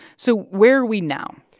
so where are we now?